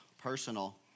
personal